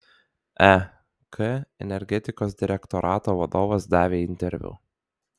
ek energetikos direktorato vadovas davė interviu